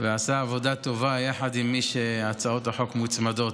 ועשה עבודה טובה יחד עם מי שהצעות החוק שלו מוצמדות.